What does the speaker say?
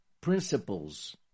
principles